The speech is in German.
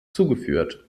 zugeführt